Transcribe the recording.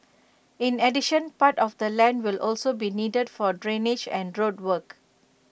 in addition part of the land will also be needed for drainage and road work